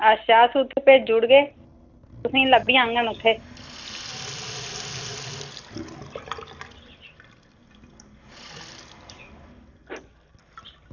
अच्छा अस उत्थें भेजी ओड़गे तुसेंई लब्भी जाङन उत्थें